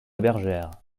bergère